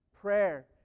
Prayer